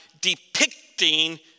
depicting